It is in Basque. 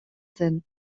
zen